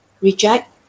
reject